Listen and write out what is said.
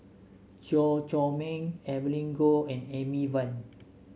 Chew Chor Meng Evelyn Goh and Amy Van